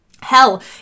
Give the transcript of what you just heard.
Hell